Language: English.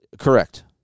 Correct